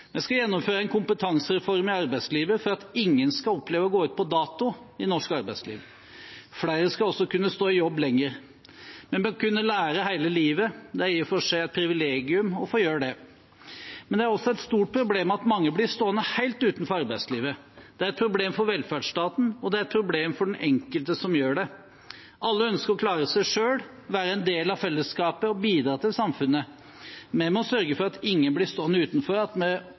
Vi skal gjennomføre en kompetansereform i arbeidslivet for at ingen skal oppleve å gå ut på dato i norsk arbeidsliv. Flere skal også kunne stå i jobb lenger. Vi må kunne lære hele livet. Det er i og for seg et privilegium å få gjøre det. Men det er også et stort problem at mange blir stående helt utenfor arbeidslivet. Det er et problem for velferdsstaten, og det er et problem for den enkelte som gjør det. Alle ønsker å klare seg selv, være en del av fellesskapet og bidra til samfunnet. Vi må sørge for at ingen blir stående utenfor, og vi